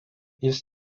jis